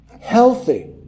Healthy